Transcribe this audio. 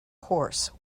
horse